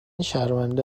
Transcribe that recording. شرمنده